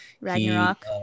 Ragnarok